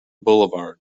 boulevard